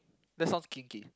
that sounds kinky